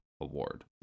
award